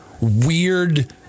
weird